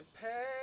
pay